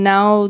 Now